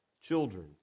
children